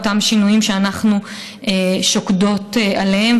אותם שינויים שאנחנו שוקדות עליהם.